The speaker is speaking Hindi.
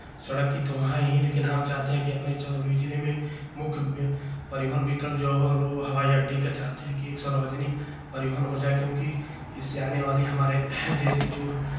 सड़क की तो वहाँ है ही लेकिन हम चाहते हैं कि चन्दौली जिले में मुख्य परिवहन विकल्प जो हो वो हवाई अड्डे का चाहते हैं कि एक सार्वजनिक परिवहन हो जाए क्योंकि इससे आनेवाले हमारे देश की जो